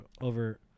over